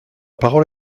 parole